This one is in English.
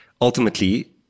ultimately